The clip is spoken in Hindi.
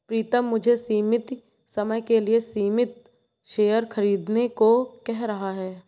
प्रितम मुझे सीमित समय के लिए सीमित शेयर खरीदने को कह रहा हैं